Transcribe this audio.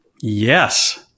Yes